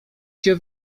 się